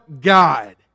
God